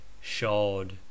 shod